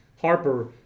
Harper